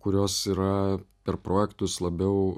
kurios yra per projektus labiau